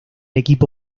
equipo